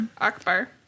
Akbar